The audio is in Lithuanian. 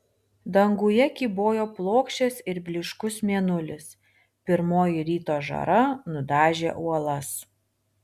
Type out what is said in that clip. danguje kybojo plokščias ir blyškus mėnulis pirmoji ryto žara nudažė uolas